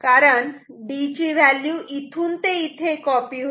कारण D ची value इथून ते इथे कॉपी होते